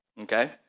okay